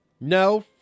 No